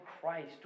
Christ